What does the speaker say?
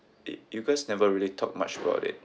it you guys never really talk much about it